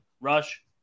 Rush